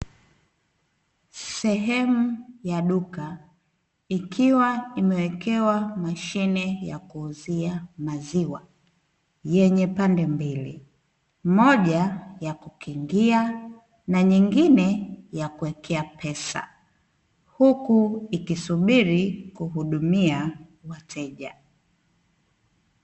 Sehemu ya duka, ikiwa imewekewa mashine ya kuuzia maziwa, yenye pande mbili moja ya kukingia na nyinge yakuwekea pesa, huku ikisubiri kuhudumia wateja.